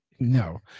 No